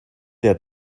der